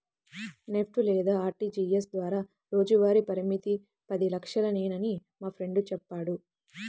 NEFT లేదా RTGS ద్వారా రోజువారీ పరిమితి పది లక్షలేనని మా ఫ్రెండు చెప్పాడు